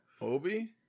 Obi